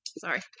sorry